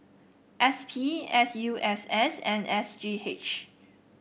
S P S U S S and S G H